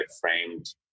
framed